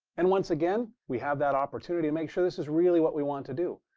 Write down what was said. and once again, we have that opportunity to make sure this is really what we want to do.